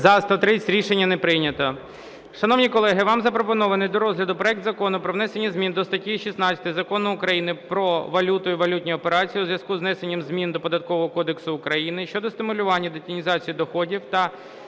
За-182 Рішення не прийнято.